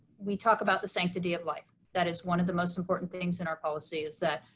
we talk about the sanctity of life, that is one of the most important things in our policies that